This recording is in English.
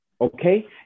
okay